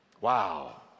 Wow